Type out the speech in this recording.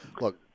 Look